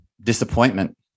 disappointment